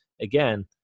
again